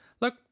look